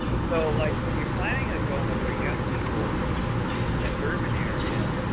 so, like when you're planning a gona for young people in the urban area,